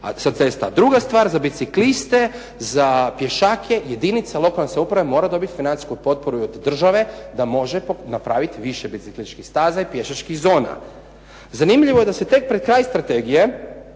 druga stvar, za bicikliste, za pješake jedinica lokalne samouprave mora dobiti financijsku potporu i od države da može napraviti više biciklističkih staza i pješačkih zona. Zanimljivo je da se tek pred kraj strategije